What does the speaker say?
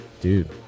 Dude